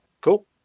Cool